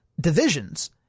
divisions